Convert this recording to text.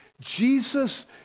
Jesus